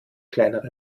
kleinere